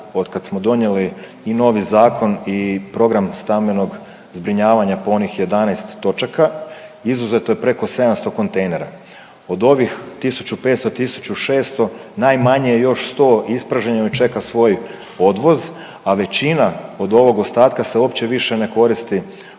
od kad smo donijeli i novi zakon i program stambenog zbrinjavanja po onih 11 točaka izuzeto je preko 700 kontejnera. Od ovih 1500, 1600 najmanje je još 100 ispražnjeno i čeka svoj odvoz, a većina od ovog ostatka se uopće više ne koristi